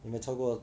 我们差不多